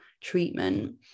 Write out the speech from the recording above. treatment